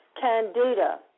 candida